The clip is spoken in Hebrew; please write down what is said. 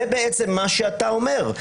זה מה שאתה אומר.